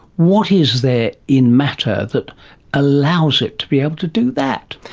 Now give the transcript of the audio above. what is there in matter that allows it to be able to do that?